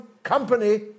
company